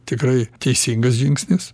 tikrai teisingas žingsnis